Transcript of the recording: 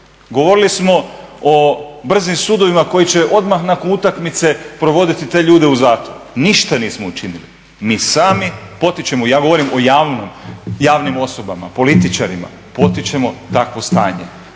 Govorili smo o brzim sudovima koji će odmah nakon utakmice provoditi te ljude u zatvor, ništa nismo učinili. Mi sami potičemo, ja govorim o javnim osobama, političarima, potičemo takvo stanje.